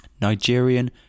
Nigerian